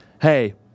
Hey